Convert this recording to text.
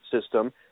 system